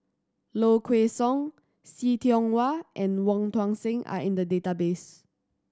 Low Kway Song See Tiong Wah and Wong Tuang Seng are in the database